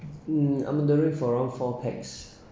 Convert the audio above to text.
um I'm ordering for around four pax